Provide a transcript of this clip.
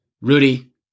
Rudy